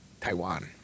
Taiwan